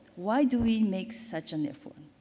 why do we make such an effort?